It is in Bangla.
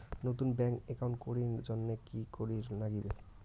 নতুন ব্যাংক একাউন্ট করির জন্যে কি করিব নাগিবে?